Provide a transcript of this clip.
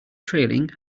trailing